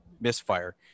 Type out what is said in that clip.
misfire